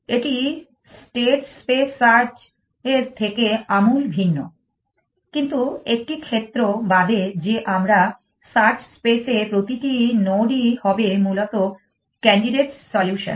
এটি state space search এর থেকে আমূল ভিন্ন কিন্তু একটি ক্ষেত্র বাদে যে আমরা সার্চ স্পেস এ প্রতিটি নোডই হবে মূলত ক্যান্ডিডেট সলিউশন